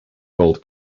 gold